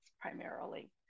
primarily